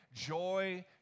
Joy